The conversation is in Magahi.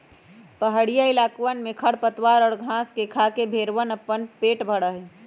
पहड़ीया इलाकवन में खरपतवार और घास के खाके भेंड़वन अपन पेट भरा हई